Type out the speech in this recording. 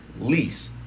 lease